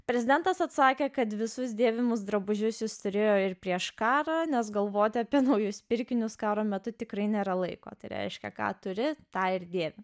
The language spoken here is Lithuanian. prezidentas atsakė kad visus dėvimus drabužius turėjo ir prieš karą nes galvoti apie naujus pirkinius karo metu tikrai nėra laiko tai reiškia ką turi tą ir dėvi